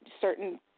certain